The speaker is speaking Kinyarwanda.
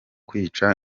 kwica